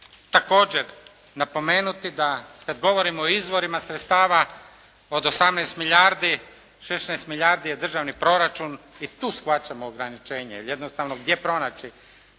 također napomenuti da kada govorimo o izvorima sredstava od 18 milijardi, 16 milijardi je državni proračun i tu shvaćamo ograničenje jer jednostavno gdje pronaći